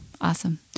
Awesome